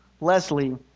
Leslie